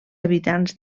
habitants